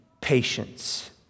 patience